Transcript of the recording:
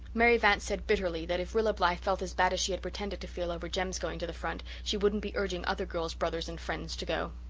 mary vance said bitterly that if rilla blythe felt as bad as she had pretended to feel over jem's going to the front she wouldn't be urging other girls' brothers and friends to go.